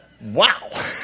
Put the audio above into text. Wow